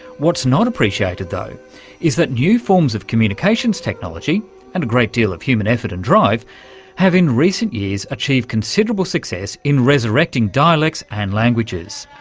what's not appreciated though is that new forms of communications technology and a great deal of human effort and drive have in recent years achieved considerable success in resurrecting dialects and languages.